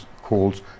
calls